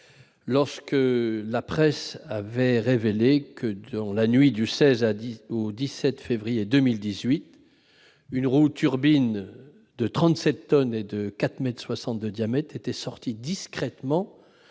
lorsque la presse avait révélé que, dans la nuit du 16 au 17 février 2018, une roue de turbine de 37 tonnes et de 4,6 mètres de diamètre était sortie discrètement